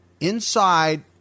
inside